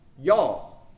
y'all